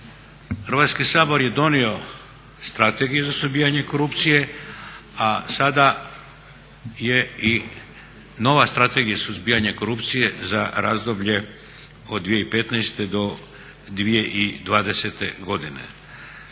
Hrvatski sabor je donio Strategiju za suzbijanje korupcije, a sada je i nova Strategija suzbijanja korupcije za razdoblje od 2015. do 2020. godine.